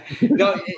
no